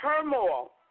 turmoil